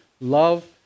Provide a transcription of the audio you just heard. love